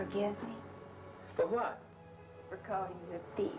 forget what the